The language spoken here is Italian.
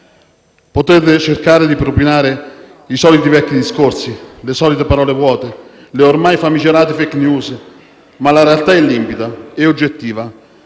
Potrete cercare di propinare i soliti vecchi discorsi, le solite parole vuote, le ormai famigerate *fake news*, ma la realtà è limpida e oggettiva